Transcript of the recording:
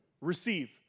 receive